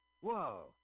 Whoa